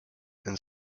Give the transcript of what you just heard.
and